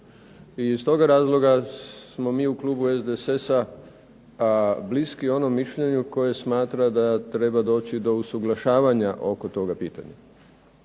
Iz toga razloga smo mi u klubu SDSS-a bliski onom mišljenju koje smatra da treba doći do usuglašavanja oko toga pitanja.